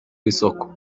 w’isoko